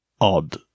Odd